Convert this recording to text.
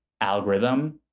algorithm